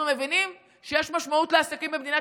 אנחנו מבינים שיש משמעות לעסקים במדינת